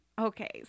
okay